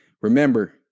remember